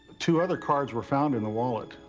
two other cards were found in the wallet,